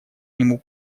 нему